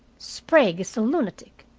sprague is a lunatic,